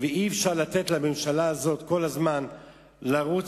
ואי-אפשר לתת לממשלה הזאת כל הזמן לרוץ